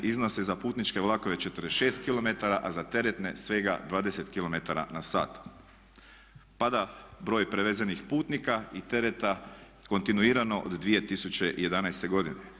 Iznose za putničke vlakove 46 km, a za teretne svega 20 km/h. Pada broj prevezenih putnika i tereta kontinuirano od 2011. godine.